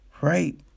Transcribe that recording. Right